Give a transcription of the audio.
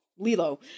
Lilo